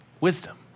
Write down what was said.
wisdom